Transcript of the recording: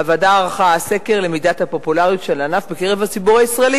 הוועדה ערכה סקר למידת הפופולריות של הענף בקרב הציבור הישראלי.